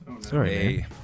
Sorry